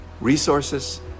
resources